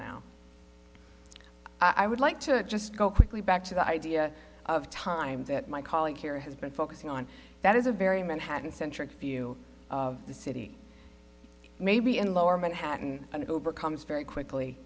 now i would like to just go quickly back to the idea of time that my colleague here has been focusing on that is a very manhattan centric view of the city maybe in lower manhattan and it overcomes very quickly